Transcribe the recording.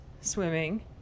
swimming